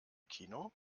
kino